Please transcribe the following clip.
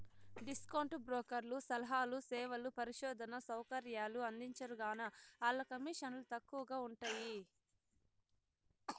discount బ్రోకర్లు సలహాలు, సేవలు, పరిశోధనా సౌకర్యాలు అందించరుగాన, ఆల్ల కమీసన్లు తక్కవగా ఉంటయ్యి